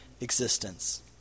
existence